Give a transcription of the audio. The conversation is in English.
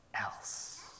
else